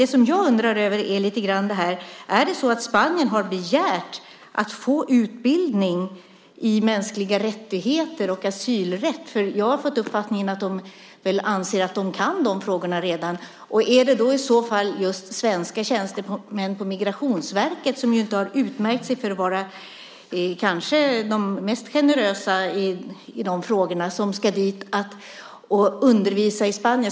Det som jag undrar över är om Spanien har begärt att få utbildning i mänskliga rättigheter och asylrätt. Jag har fått uppfattningen att de anser att de kan de frågorna redan. Är det i så fall just svenska tjänstemän på Migrationsverket, som ju inte har utmärkt sig för att vara de mest generösa i de frågorna, som ska åka till Spanien för att undervisa?